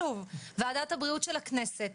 הכנסת,